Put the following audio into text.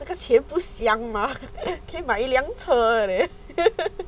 那个钱不香吗可以买一辆车 leh